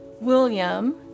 William